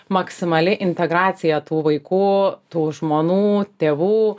maksimaliai integracija tų vaikų tų žmonų tėvų